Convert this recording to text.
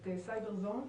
את סייבר זון.